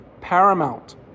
paramount